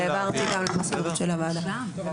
העברתי גם למזכירות של הוועדה.